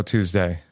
Tuesday